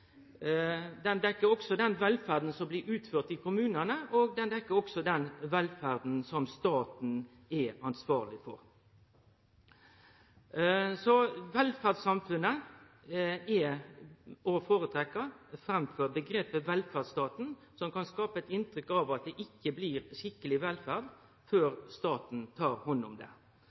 den velferda som blir utført i kommunane, og det dekkjer også den velferda som staten er ansvarleg for. Så omgrepet «velferdssamfunnet» er å føretrekkje framfor omgrepet «velferdsstaten», som kan skape eit inntrykk av at det ikkje blir skikkeleg velferd før staten tek hand om det